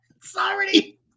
Sorry